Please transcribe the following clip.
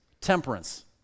temperance